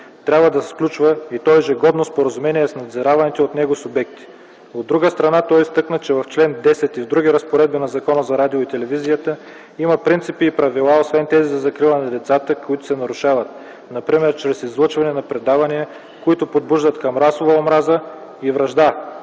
трябва да сключва, и то ежегодно, споразумения с надзираваните от него субекти. От друга страна той изтъкна, че в чл. 10 и в други разпоредби на Закона за радиото и телевизията има принципи и правила, освен тези за закрила на децата, които се нарушават, напр. чрез излъчване на предавания, които подбуждат към расова омраза и вражда,